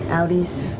outies.